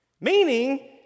Meaning